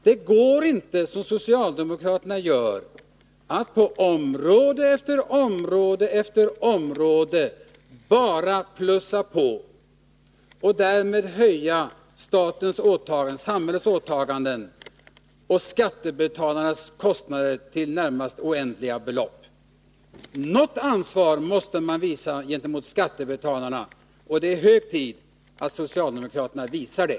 Det går inte, som socialdemokraterna gör, att år efter år bara plussa på och därmed höja samhällets åtaganden och skattebetalarnas kostnader till närmast oändliga belopp. Något ansvar måste man känna gentemot skattebetalarna, och det är hög tid att socialdemokraterna visar det.